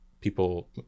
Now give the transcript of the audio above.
people